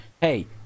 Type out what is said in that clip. hey